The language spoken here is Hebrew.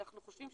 אנחנו חושבים,